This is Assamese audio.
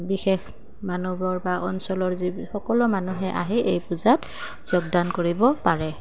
বিশেষ মানুহবোৰ বা অঞ্চলৰ যি সকলো মানুহে আহি এই পূজাত যোগদান কৰিব পাৰে